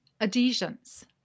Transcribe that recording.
adhesions